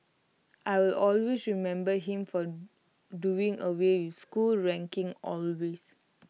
I will always remember him for doing away with school rankings